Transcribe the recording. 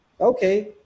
Okay